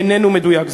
איננו מדויק.